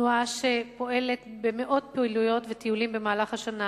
זו תנועה שפועלת במאות פעילויות וטיולים במהלך השנה